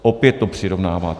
Opět to přirovnáváte.